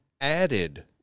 added